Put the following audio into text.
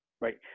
right